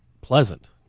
pleasant